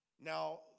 Now